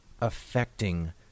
affecting